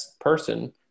person